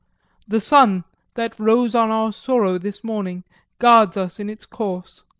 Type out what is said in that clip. the sun that rose on our sorrow this morning guards us in its course.